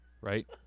right